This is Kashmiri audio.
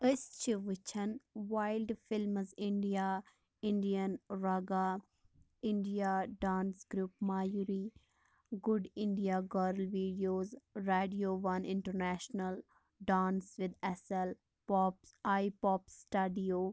أسۍ چھِ وُچھان wild films India Indian Raga India dance group Mayuri good India girl videos radio one international dance with S L پواپٕس آے پواپٕس سٹوڈیو